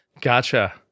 Gotcha